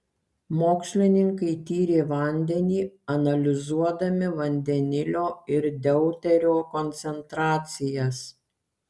mokslininkai tyrė vandenį analizuodami vandenilio ir deuterio koncentracijas